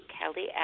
Kelly